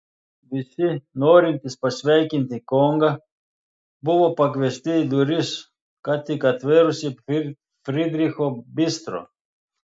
visi norintys pasveikinti kongą buvo pakviesti į duris ką tik atvėrusį frydricho bistro